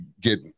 get